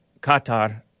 Qatar